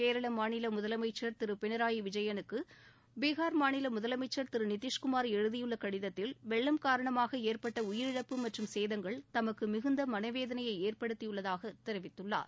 கேரள மாநில முதலமைச்சர் திரு பினராய் விஜயலுக்கு பீகார் மாநில முதலமைச்சர் திரு நிதிஷ்குமார் எழுதியுள்ள கடிதத்தில் வெள்ளம் காரணமாக ஏற்பட்ட உயிரிழப்பு மற்றும் சேதங்கள் தமக்கு மிகுந்த மனவேதனையை ஏற்படுத்தியுள்ளதாக தெரிவித்துள்ளார்